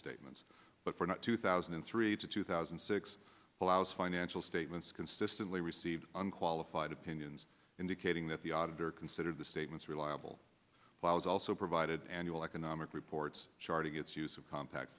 statements but for now two thousand and three to two thousand and six allows financial statements consistently received unqualified opinions indicating that the auditor considered the statements reliable was also provided annual economic reports charting its use of compact